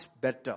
better